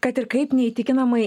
kad ir kaip neįtikinamai